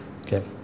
Okay